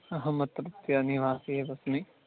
अहमत्रत्य निवासी एव अस्मि